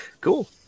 Cool